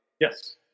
Yes